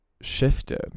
shifted